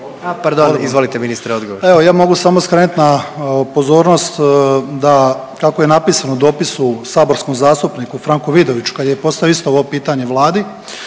pardon, izvolite ministre odgovor. **Banožić, Mario (HDZ)** Evo, ja mogu samo skrenuti na pozornost da kako je napisano u dopisu saborskom zastupniku Franku Vidoviću kad je postavio isto ovo pitanje Vladi